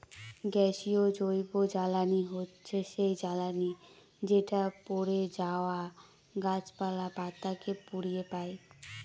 গ্যাসীয় জৈবজ্বালানী হচ্ছে সেই জ্বালানি যেটা পড়ে যাওয়া গাছপালা, পাতা কে পুড়িয়ে পাই